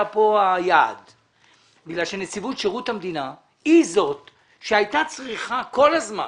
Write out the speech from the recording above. היעד כי נציבות שירות המדינה היא זאת שהייתה צריכה כל הזמן,